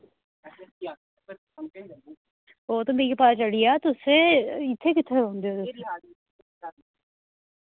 ओ ते मिगी पता चली आ तुसें इत्थै कित्थै रौंह्दे ओ तुस